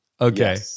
Okay